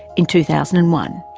in two thousand and one.